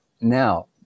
now